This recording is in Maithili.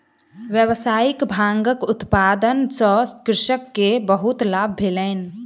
व्यावसायिक भांगक उत्पादन सॅ कृषक के बहुत लाभ भेलैन